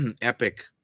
epic